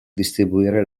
distribuire